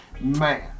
man